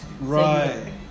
Right